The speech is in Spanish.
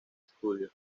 estudio